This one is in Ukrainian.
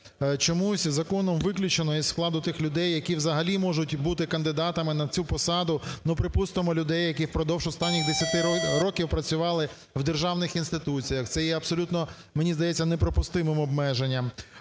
Чомусь законом виключено зі складу тих людей, які взагалі можуть бути кандидатами на цю посаду, ну, припустимо, людей, які впродовж останніх 10 років працювали в державних інституціях. Це є абсолютно, мені здається, неприпустимим обмеженням.